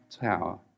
tower